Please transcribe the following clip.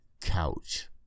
couch